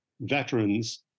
veterans